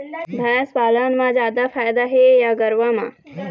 भैंस पालन म जादा फायदा हे या गरवा म?